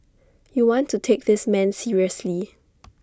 you want to take this man seriously